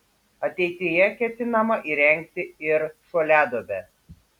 ateityje ketinama įrengti ir šuoliaduobę